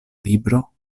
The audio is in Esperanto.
libro